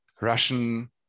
Russian